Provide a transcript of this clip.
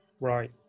Right